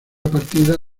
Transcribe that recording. partida